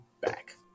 back